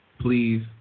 Please